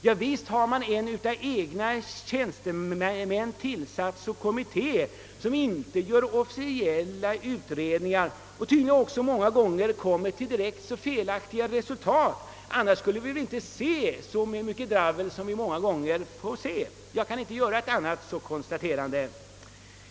Javisst har man en av egna tjänstemän tillsatt kommitté, som inte gör officiella utredningar — och som tydligen många gånger kommer till direkt felaktiga resultat. Annars skulle vi väl inte bjudas så mycket dravel som vi nu ibland får se.